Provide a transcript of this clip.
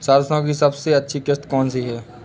सरसो की सबसे अच्छी किश्त कौन सी है?